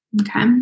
Okay